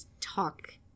talk